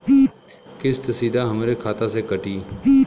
किस्त सीधा हमरे खाता से कटी?